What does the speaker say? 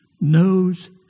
knows